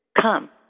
come